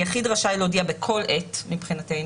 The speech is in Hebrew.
יחיד רשאי להודיע בכל עת מבחינתנו,